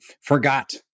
forgot